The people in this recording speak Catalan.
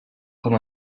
com